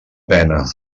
pena